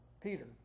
Peter